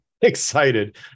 excited